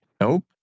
nope